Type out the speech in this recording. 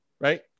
right